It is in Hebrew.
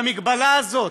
המגבלה הזאת,